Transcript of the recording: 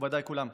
מכובדיי כולם,